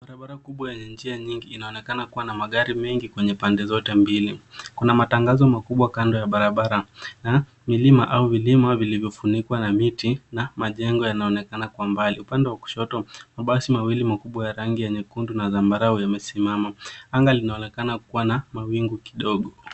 Barabara kubwa yenye njia nyingi inaonekana kuwa na magari mengi kwenye pande zote mbili. Kuna matangazo makubwa kando ya barabara na milima au vilima vilivyofunikwa na miti na majengo yanaonekana kwa umbali. Upande wa kushoto, mabasi mawili makubwa ya rangi nyekundu na zambarau yamesimama. Anga linaonekana kuwa na mawingu kidogo.